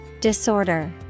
Disorder